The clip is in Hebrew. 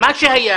מה שהיה